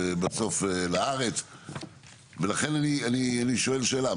לכן אני שואל שאלה.